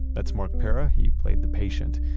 that's marc pera. he played the patient.